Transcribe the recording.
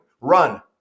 run